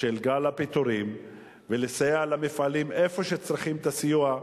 של גל הפיטורים ולסייע למפעלים שצריכים את הסיוע,